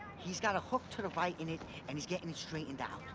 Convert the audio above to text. he's got a hook to the right in it and he's gettin' it straightened out.